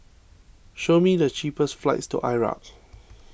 show me the cheapest flights to Iraq